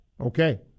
Okay